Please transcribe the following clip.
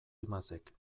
imazek